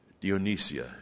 Dionysia